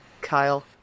Kyle